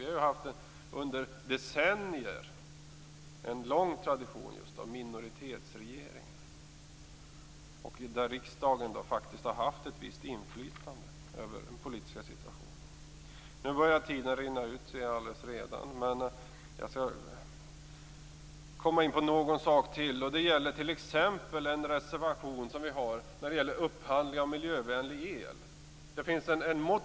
Vi har under decennier haft en lång tradition av minoritetsregeringar där riksdagen har haft ett visst inflytande över den politiska situationen. Jag skall gå in på vår reservation angående upphandling av miljövänlig el.